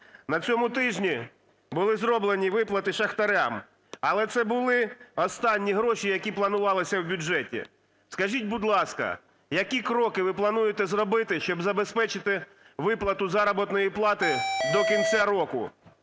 на цьому тижні були зроблені виплати шахтарям, але це були останні гроші, які планувалися в бюджеті. Скажіть, будь ласка, які кроки ви плануєте зробили, щоб забезпечити виплату заробітної плати до кінця року?